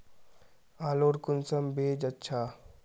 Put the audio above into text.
आलूर कुंसम बीज अच्छा?